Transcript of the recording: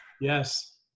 Yes